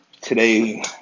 Today